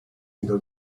into